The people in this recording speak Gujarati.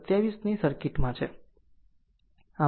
27 ની સર્કિટમાં છે